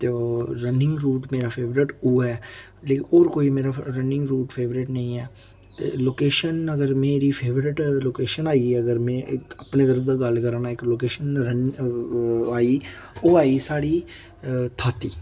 ते ओह् running route मेरा फेवरेट उ'यै ऐ लेकिन होर कोई मेरा फ रनिंग रूट मेरा फेवरेट नेईं ऐ ते लोकेशन अगर मेरी फेवरेट लोकेशन आई गेई अगर मेरी अपने घरा दा गल्ल करां इक लोकेशन आई गेई ओह् आई गेई साढ़ी थाती